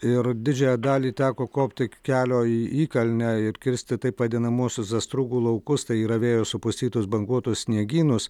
ir didžiąją dalį teko kopti kelio į įkalnę ir kirsti taip vadinamuosius astrugų laukus tai yra vėjo supustytus banguotus sniegynus